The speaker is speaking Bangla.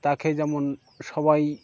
তাকে যেমন সবাই